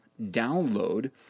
download